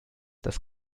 das